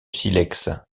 silex